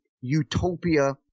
utopia